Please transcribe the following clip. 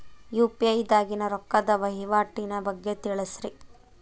UPI ದಾಗಿನ ರೊಕ್ಕದ ವಹಿವಾಟಿನ ಬಗ್ಗೆ ತಿಳಸ್ರಿ